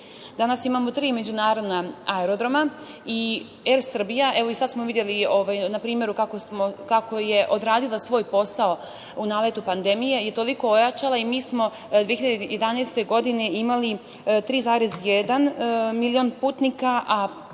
Danas imamo tri međunarodna aerodroma i „Er Srbija“, evo i sad smo videli na primeru kako je odradila svoj posao u naletu pandemij je toliko ojačala i mi smo 2011. godine imali 3,1 milion putnika,